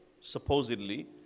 supposedly